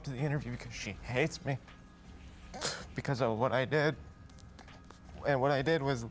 to the interview because she hates me because of what i did and what i did was